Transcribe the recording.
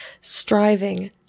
striving